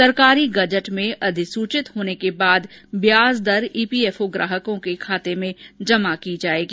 सरकारी गजट में अधिसूचित होने के बाद ब्याज दर ईपीएफओ ग्राहकों के खाते में जमा की जाएगी